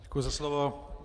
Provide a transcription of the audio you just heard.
Děkuji za slovo.